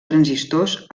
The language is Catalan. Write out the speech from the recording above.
transistors